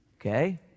Okay